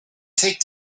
take